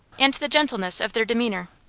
and the gentleness of their demeanor.